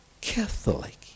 Catholic